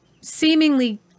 seemingly